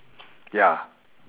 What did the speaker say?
ya